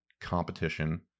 competition